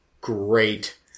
great